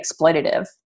exploitative